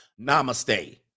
namaste